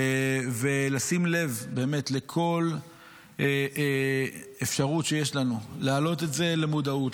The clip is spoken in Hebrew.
ולשים לב לכל אפשרות שיש לנו להעלות את זה למודעות,